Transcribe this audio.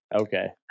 Okay